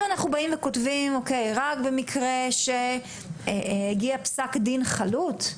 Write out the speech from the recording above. אם אנחנו באים וכותבים שזה רק במקרה שהגיע פסק דין חלוט,